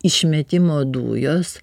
išmetimo dujos